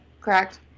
correct